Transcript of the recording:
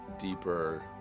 deeper